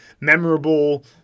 memorable